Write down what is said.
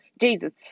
Jesus